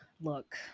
Look